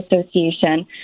Association